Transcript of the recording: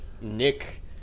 Nick